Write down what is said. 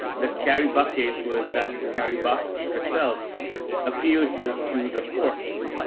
the carrie buck case was that carrie buck herself appeal to, to the courts,